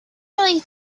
really